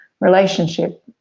relationship